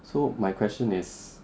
so my question is